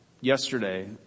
Yesterday